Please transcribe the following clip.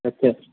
अच्छा